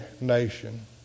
nation